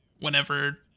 whenever